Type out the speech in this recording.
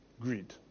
Greed